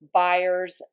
buyers